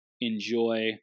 enjoy